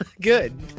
Good